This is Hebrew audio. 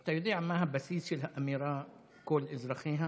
אתה יודע מה הבסיס של האמירה "כל אזרחיה",